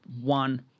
one